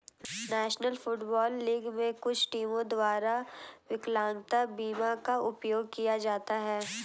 national Football League में कुछ टीमों द्वारा विकलांगता बीमा का उपयोग किया जाता है